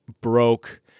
broke